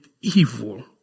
evil